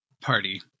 party